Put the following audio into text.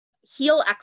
heal